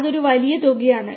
അത് ഒരു വലിയ തുകയാണ്